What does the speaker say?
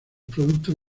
productos